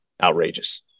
outrageous